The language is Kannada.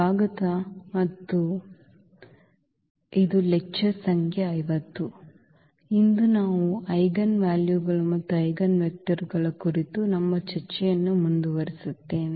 ಸ್ವಾಗತ ಮತ್ತು ಇಂದು ಮತ್ತೊಮ್ಮೆ ನಾವು ಈ ಐಜೆನ್ವಾಲ್ಯೂಗಳು ಮತ್ತು ಐಜೆನ್ವೆಕ್ಟರ್ಗಳ ಕುರಿತು ನಮ್ಮ ಚರ್ಚೆಯನ್ನು ಮುಂದುವರಿಸುತ್ತೇವೆ